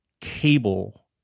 cable